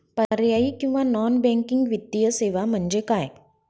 पर्यायी किंवा non banking वित्तीय सेवा म्हणजे काय?